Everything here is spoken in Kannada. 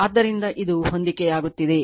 ಆದ್ದರಿಂದ ಇದು ಹೊಂದಿಕೆಯಾಗುತ್ತಿದೆ